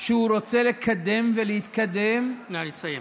שהוא רוצה לקדם ולהתקדם, נא לסיים.